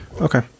okay